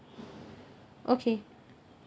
okay